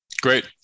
Great